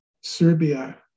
Serbia